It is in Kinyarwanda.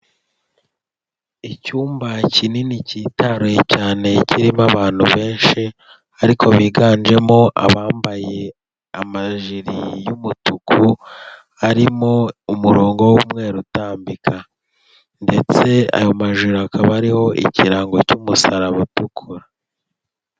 Icyumba kinini cyitaruye cyane kirimo abantu benshi, ariko biganjemo abambaye amajiri y'umutuku, arimo umurongo w'umweru utambika ndetse ayo majiri akaba ariho ikirango cy'umusaraba utukura.